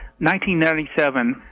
1997